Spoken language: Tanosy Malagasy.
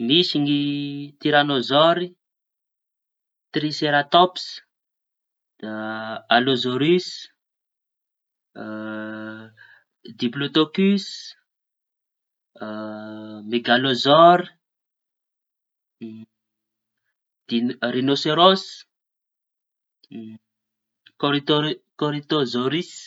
Misy ny tirañôzôro, triseratôpsa, da alozorisy, diplôtôpisy, meganozôro, din- rinoserôse, kôritôzôrisy.